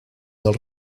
del